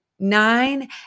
nine